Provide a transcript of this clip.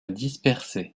disperser